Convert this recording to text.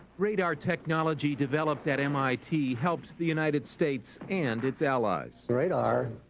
radar technology developed at mit helped the united states and its allies. radar,